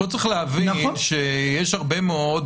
צריך להבין שיש הרבה מאוד,